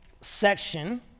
section